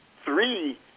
three